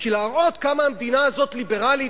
כדי להראות כמה המדינה הזאת ליברלית,